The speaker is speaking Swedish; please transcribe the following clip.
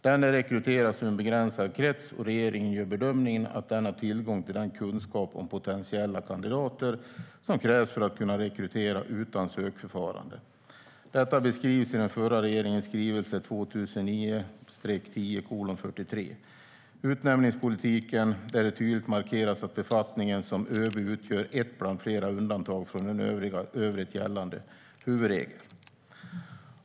Denne rekryteras ur en begränsad krets, och regeringen gör bedömningen att den har tillgång till den kunskap om potentiella kandidater som krävs för att kunna rekrytera utan ett sökförfarande. Detta beskrivs i den förra regeringens skrivelse 2009/10:43 Utnämningspolitiken , där det tydligt markeras att befattningen som ÖB utgör ett bland flera undantag från den i övrigt gällande huvudregeln.